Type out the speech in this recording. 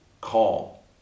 Call